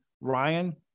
Ryan